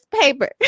paper